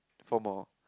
four more